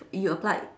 you applied